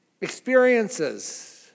experiences